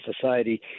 society